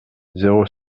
zéro